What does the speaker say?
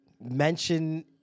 mention